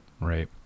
Right